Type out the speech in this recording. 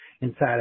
inside